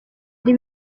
ari